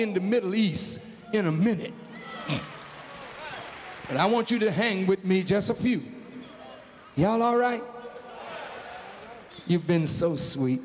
in the middle east's in a minute but i want you to hang with me just a few ya'll all right you've been so sweet